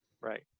right